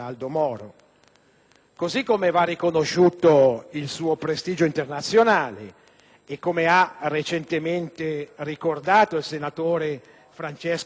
così come va riconosciuto il suo prestigio internazionale. Come ha recentemente ricordato il senatore Francesco Cossiga,